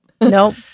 Nope